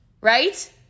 right